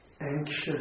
anxious